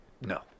No